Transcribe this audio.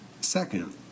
Second